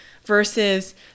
Versus